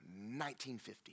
1950